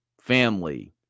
Family